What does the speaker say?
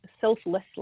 selflessly